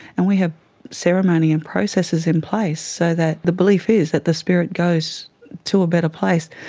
and we have ceremony and processes in place so that the belief is that the spirit goes to a better place,